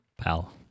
Pal